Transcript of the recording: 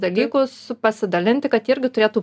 dalykus pasidalinti kad jie irgi turėtų